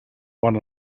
one